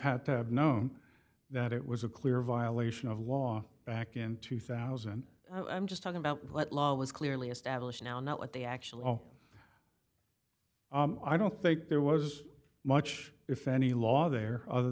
had to have known that it was a clear violation of law back in two thousand just talking about what law was clearly established now not what the actual i don't think there was much if any law there other